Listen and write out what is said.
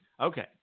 Okay